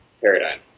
paradigm